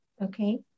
okay